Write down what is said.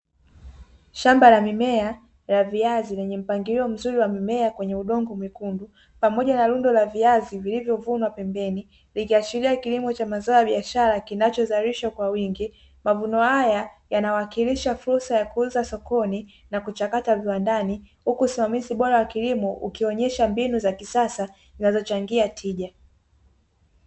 Shamba la mimea la viazi lenye mpangilio mzuri wa mimea kwenye udongo mwekundu, pamoja na rundo la viazi vilivyovunwa pembeni, ikiashiria kilimo cha mazao ya biashara kinachozalisha kwa wingi. Mavuno haya yanawakilisha fursa ya kuuza sokoni na kuchakata viwandani, huku usimamizi bora wa kilimo ukionyesha mbinu za kisasa zinazochangia tija.